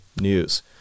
news